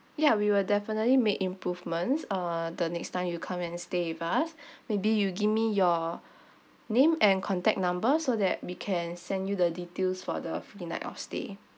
ya we will definitely make improvements uh the next time you come and stay with us maybe you give me your name and contact number so that we can send you the details for the free night of stay